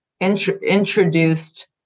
introduced